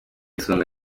isonga